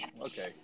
Okay